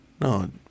No